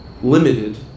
limited